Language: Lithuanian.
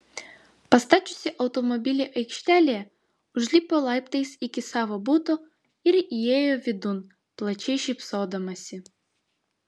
pastačiusi automobilį aikštelėje užlipo laiptais iki savo buto ir įėjo vidun plačiai šypsodamasi